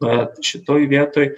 bet šitoj vietoj